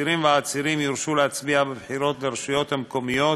אסירים ועצירים יורשו להצביע בבחירות לרשויות המקומיות